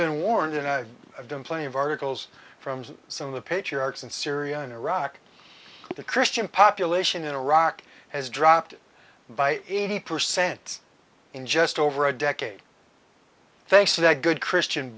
been warned in a i've done plenty of articles from some of the patriarchs in syria and iraq the christian population in iraq has dropped by eighty percent in just over a decade thanks to that good christian